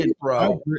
bro